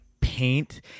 paint